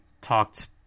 talked